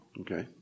Okay